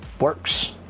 works